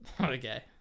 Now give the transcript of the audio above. okay